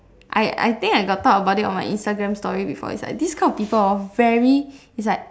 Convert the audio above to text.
I I I think I got talk about it on my Instagram story before it's like this kind of people hor very is like